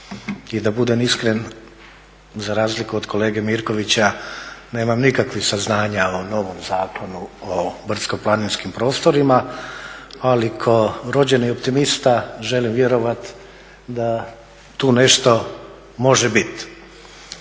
i da budem iskren za razliku od kolege Mirkovića nemam nikakvih saznanja o novom Zakonu o brdsko-planinskim prostorima ali kao rođeni optimista želim vjerovat da tu nešto može bit.